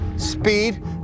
speed